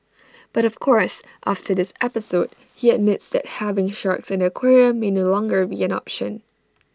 but of course after this episode he admits that having sharks in the aquarium may no longer be an option